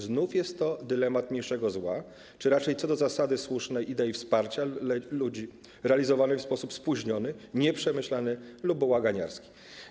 Znów jest to dylemat mniejszego zła czy raczej co do zasady chodzi o słuszną ideę wsparcia ludzi realizowaną w sposób spóźniony, nieprzemyślany lub bałaganiarski.